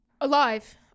Alive